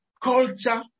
culture